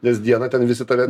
nes dieną ten visi tave